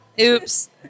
Oops